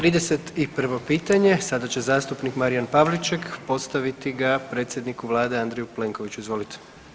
31. pitanje, sada će zastupnik Marijan Pavliček postaviti ga predsjedniku Vlade Andreju Plenkoviću, izvolite.